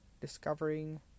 discovering